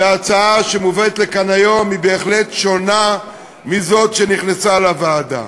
וההצעה שמובאת לכאן היום היא בהחלט שונה מזאת שנכנסה לוועדה.